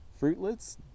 fruitlets